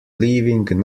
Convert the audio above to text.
leaving